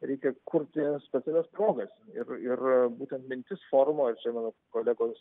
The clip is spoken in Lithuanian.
reikia kurti specialias progas ir ir būtent mintis forumo ir čia mano kolegos